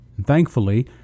Thankfully